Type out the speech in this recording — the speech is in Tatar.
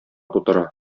тутыра